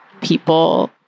people